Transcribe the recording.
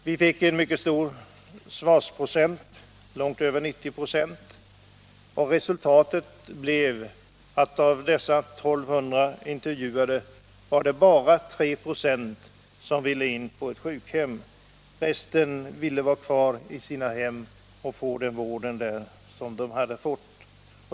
Vi fick en mycket hög svarsfrekvens, långt över 90 96. Resultatet blev att av dessa 1 200 intervjuade var det bara 3 26 som ville komma in på ett sjukhem. De övriga ville också i fortsättningen erhålla sin vård i form av hemsjukvård.